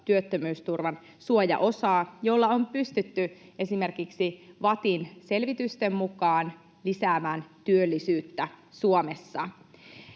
työttömyysturvan suojaosaa, jolla on pystytty esimerkiksi VATTin selvitysten mukaan lisäämään työllisyyttä Suomessa.